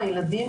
הילדים,